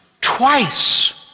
twice